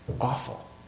awful